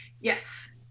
yes